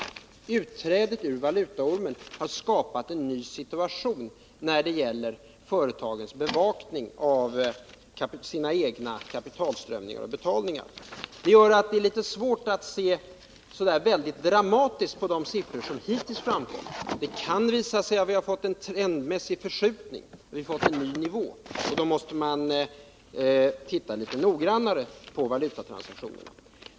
Utträdet ur valutaormen har skapat en ny situation när det gäller företagens bevakning av sina egna kapitalströmmar och betalningar. Det gör att det är litet svårt att se så där väldigt dramatiskt på de siffror som hittills framkommit. Det kan visa sig att vi har fått en trendmässig förskjutning, att vi har fått en ny nivå. Då måste man titta litet noggrannare på valutatransaktionerna.